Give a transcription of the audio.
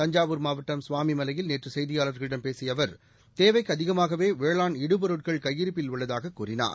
தஞ்சாவூர் மாவட்டம் சுவாமிமலையில் நேற்று செய்தியாளர்களிடம் பேசிய அவர் தேவைக்கு அதிகமாகவே வேளாண் இடுபொருட்கள் கையிருப்பில் உள்ளதாக கூறினார்